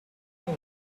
was